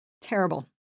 Terrible